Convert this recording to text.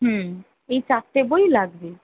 হুম এই চারটে বই লাগবে